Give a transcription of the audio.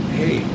hey